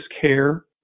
care